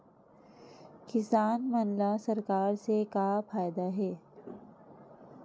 किसान मन ला सरकार से का फ़ायदा हे?